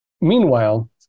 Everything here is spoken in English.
meanwhile